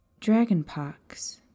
Dragonpox